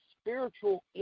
spiritual